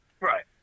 Right